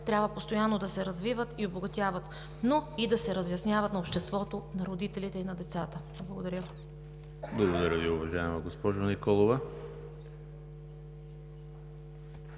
трябва постоянно да се развиват и обогатяват, но и да се разясняват на обществото, на родителите и на децата. Благодаря Ви. ПРЕДСЕДАТЕЛ ЕМИЛ ХРИСТОВ: Благодаря Ви, уважаема госпожо Николова.